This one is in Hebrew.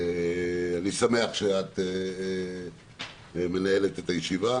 אני שמח שאת מנהלת את הישיבה.